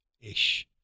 ish